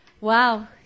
Wow